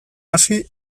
hasi